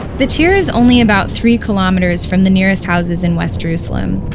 battir is only about three kilometers from the nearest houses in west jerusalem.